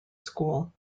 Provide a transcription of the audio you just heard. school